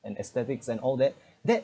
and aesthetics and all that that